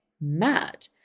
mad